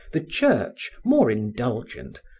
the church, more indulgent,